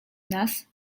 nas